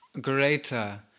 greater